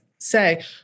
say